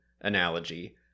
analogy